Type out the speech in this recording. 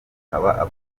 akaba